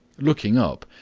looking up,